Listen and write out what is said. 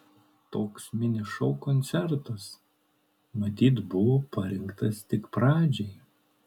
toks mini šou koncertas matyt buvo parinktas tik pradžiai